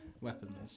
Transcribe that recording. Weapons